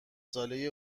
ساله